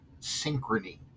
synchrony